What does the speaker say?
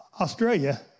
Australia